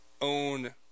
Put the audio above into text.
own